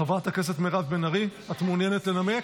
חברת הכנסת מירב בן ארי, את מעוניינת לנמק?